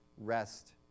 rest